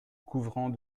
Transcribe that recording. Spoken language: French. couvrant